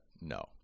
no